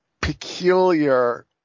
peculiar